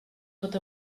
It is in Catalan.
pot